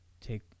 take